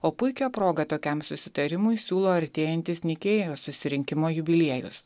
o puikią progą tokiam susitarimui siūlo artėjantis nikėjos susirinkimo jubiliejus